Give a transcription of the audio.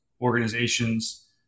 organizations